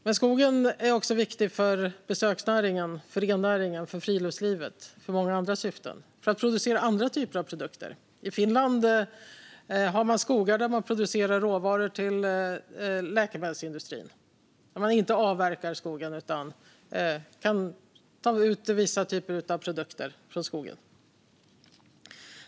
Men skogen är också viktig för besöksnäringen, för rennäringen, för friluftslivet och för många andra syften. Den är viktig för att producera andra typer av produkter. I Finland har man skogar där man producerar råvaror till läkemedelsindustrin. Där avverkar man inte skogen utan kan ta ut vissa typer av produkter från skogen.